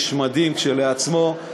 איש מדהים כשלעצמו,